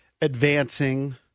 advancing